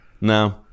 no